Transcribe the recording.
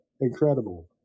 incredible